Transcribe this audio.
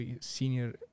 senior